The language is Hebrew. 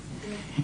כמובן.